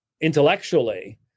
intellectually